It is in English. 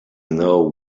know